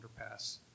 underpass